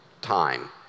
time